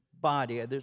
body